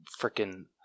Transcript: freaking